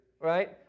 right